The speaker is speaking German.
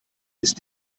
ist